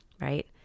right